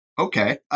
Okay